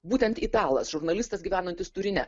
būtent italas žurnalistas gyvenantis turine